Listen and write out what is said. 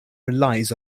relies